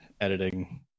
editing